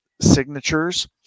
signatures